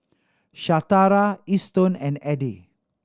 Shatara Eston and Edie